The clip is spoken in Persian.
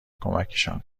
کمکشان